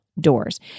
doors